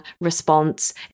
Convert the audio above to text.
response